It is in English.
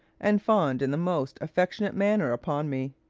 and fawned in the most affectionate manner upon me.